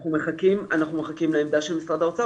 אנחנו מחכים לעמדה של משרד האוצר.